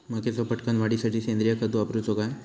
मक्याचो पटकन वाढीसाठी सेंद्रिय खत वापरूचो काय?